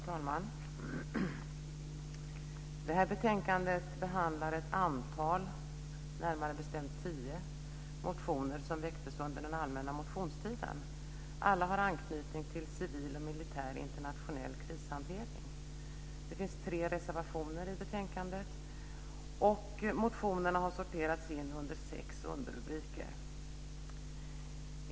Fru talman! Det här betänkandet behandlar ett antal, närmare bestämt tio, motioner som väcktes under den allmänna motionstiden. Alla har anknytning till civil och militär internationell krishantering. Det finns tre reservationer i betänkandet. Motionerna har sorterats in under sex underrubriker.